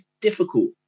difficult